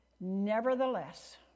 Nevertheless